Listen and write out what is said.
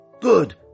Good